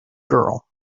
girl